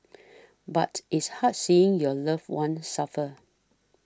but it's hard seeing your loved one suffer